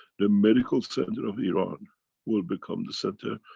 the medical center of iran will become the center,